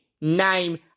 name